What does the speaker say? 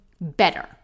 better